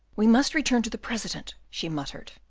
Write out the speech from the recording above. we must return to the president, she muttered.